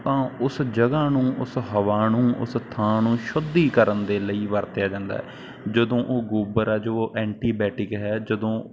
ਤਾਂ ਉਸ ਜਗ੍ਹਾ ਨੂੰ ਉਸ ਹਵਾ ਨੂੰ ਉਸ ਥਾਂ ਨੂੰ ਸ਼ੁੱਧੀ ਕਰਨ ਦੇ ਲਈ ਵਰਤਿਆ ਜਾਂਦਾ ਜਦੋਂ ਉਹ ਗੋਬਰ ਆ ਜੋ ਐਂਟੀਬੈਟਿਕ ਹੈ ਜਦੋਂ